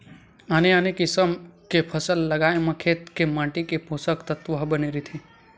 आने आने किसम के फसल लगाए म खेत के माटी के पोसक तत्व ह बने रहिथे